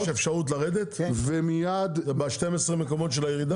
יש אפשרות לרדת ב-12 מקומות של הירידה?